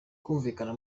kumvikana